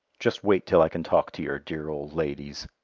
just wait till i can talk to your dear old ladies!